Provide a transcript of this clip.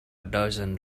dozen